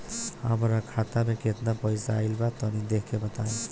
हमार खाता मे केतना पईसा आइल बा तनि देख के बतईब?